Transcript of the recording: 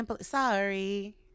sorry